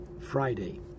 Friday